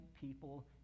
people